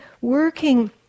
working